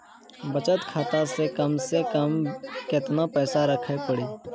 बचत खाता मे कम से कम केतना पैसा रखे पड़ी?